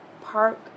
park